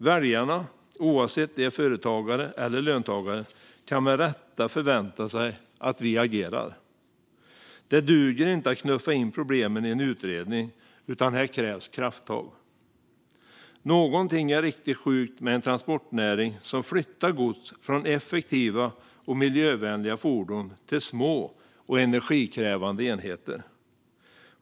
Väljarna, oavsett om de är företagare eller löntagare, kan med rätta förvänta sig att vi agerar. Det duger inte att knuffa in problemen i en utredning, utan här krävs krafttag. Någonting är riktigt sjukt med en transportnäring som flyttar gods från effektiva och miljövänliga fordon till små och energikrävande enheter.